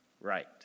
Right